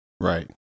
Right